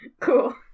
Cool